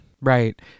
right